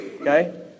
Okay